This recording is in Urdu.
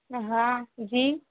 ہاں جی